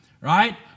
right